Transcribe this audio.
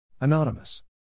Anonymous